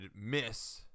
miss